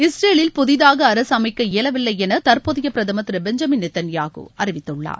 இஸ்ரேலில் புதிதாக அரசு அமைக்க இயலவில்லை என தற்போதைய பிரதமர் திரு பெஞ்சமின் நெத்தன்யாஹூ அறிவிததுள்ளார்